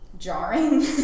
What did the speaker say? Jarring